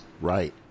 Right